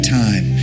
time